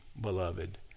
beloved